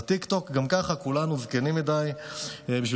בטיקטוק גם ככה כולנו זקנים מדי בשביל